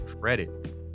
credit